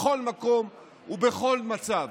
בכל מקום ובכל מצב.